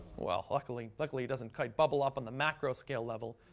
well, luckily luckily it doesn't quite bubble up on the macro scale level,